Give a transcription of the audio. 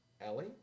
Ellie